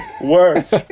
Worse